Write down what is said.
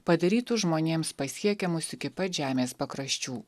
padarytų žmonėms pasiekiamus iki pat žemės pakraščių